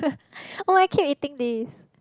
oh I keep eating this